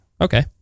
Okay